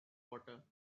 water